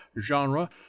Genre